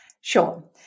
Sure